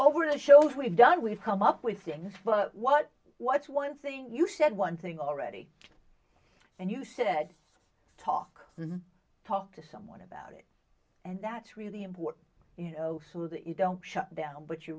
over the shows we've done we've come up with things for what what's one thing you said one thing already and you said talk and talk to someone about it and that's really important you know so that you don't shut down but you